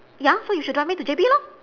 ya so you should drive me to J_B lor